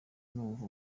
numva